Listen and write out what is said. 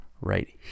right